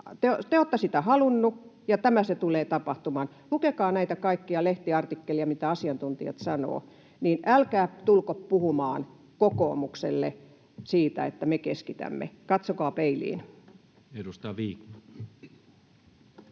Te olette sitä halunneet, ja tämä se tulee tapahtumaan. Lukekaa kaikkia lehtiartikkeleja, mitä asiantuntijat sanovat, ja älkää tulko puhumaan kokoomukselle, että me keskitämme. Katsokaa peiliin. Edustaja Vikman.